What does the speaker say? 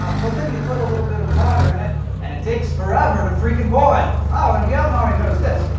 um but then you put a little bit of water in it and it takes forever to freaking boil. oh, and if you hadn't and already noticed this,